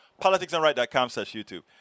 politicsandright.com/slash/youtube